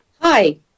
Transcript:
Hi